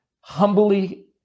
humbly